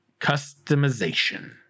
customization